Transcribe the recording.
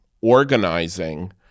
organizing